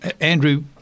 Andrew